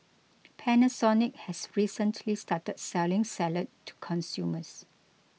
Panasonic has recently started selling salad to consumers